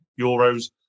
euros